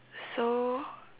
so